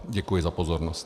Děkuji za pozornost.